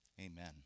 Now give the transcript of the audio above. Amen